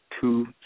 two